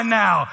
now